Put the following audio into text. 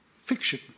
fiction